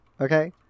Okay